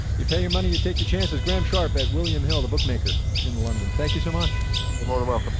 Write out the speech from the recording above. you pay your money, you take your chances. graham sharpe at william hill, the bookmaker in london. thank you so much you're more than welcome